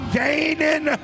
gaining